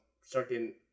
certain